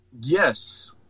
Yes